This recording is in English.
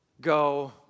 go